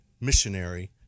missionary